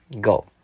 go